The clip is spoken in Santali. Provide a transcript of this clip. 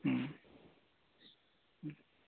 ᱦᱩᱸ